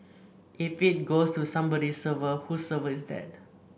if it goes to somebody's server whose server is that